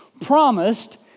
promised